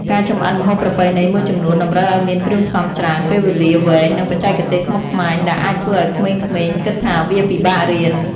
ការចម្អិនម្ហូបប្រពៃណីមួយចំនួនតម្រូវឱ្យមានគ្រឿងផ្សំច្រើន ពេលវេលាវែង និងបច្ចេកទេសស្មុគស្មាញ ដែលអាចធ្វើឱ្យក្មេងៗគិតថាវាពិបាករៀន។